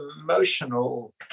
emotional